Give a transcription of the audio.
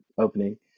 opening